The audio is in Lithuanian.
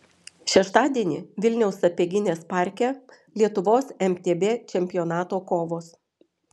šeštadienį vilniaus sapieginės parke lietuvos mtb čempionato kovos